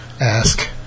ask